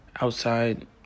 outside